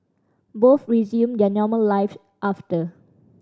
both resumed their normal live after